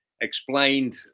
explained